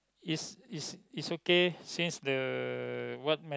is is is okay since the what mat~